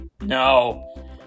No